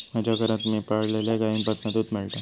माज्या घरात मी पाळलल्या गाईंपासना दूध मेळता